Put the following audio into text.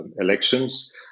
elections